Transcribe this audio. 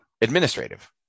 administrative